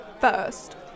first